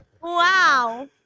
Wow